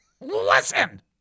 Listen